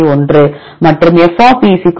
1 மற்றும் f 0